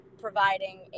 providing